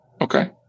Okay